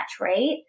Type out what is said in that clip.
right